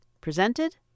presented